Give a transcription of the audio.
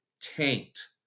tanked